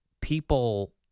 People